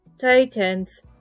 Titans